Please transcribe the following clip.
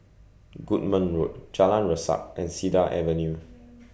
Goodman Road Jalan Resak and Cedar Avenue